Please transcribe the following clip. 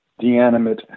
deanimate